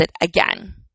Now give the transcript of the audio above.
again